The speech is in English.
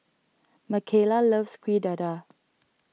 Makayla loves Kuih Dadar